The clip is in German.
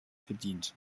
bedient